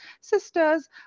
sisters